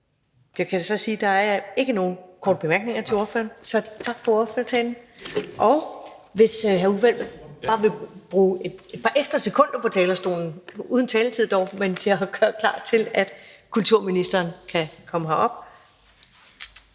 Jeg kan så sige, at der ikke er nogen korte bemærkninger, så tak for talen. Vil hr. Uffe Elbæk bruge bare et par ekstra sekunder på talerstolen, uden taletid dog, til at gøre klar til, at kulturministeren kan komme herop?